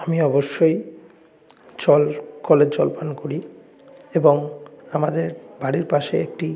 আমি অবশ্যই জল কলের জল পান করি এবং আমাদের বাড়ির পাশে একটি